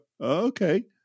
okay